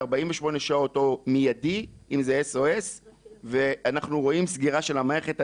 48 שעות או מידי אם זה SOS ואנחנו רואים סגירה של המערכת.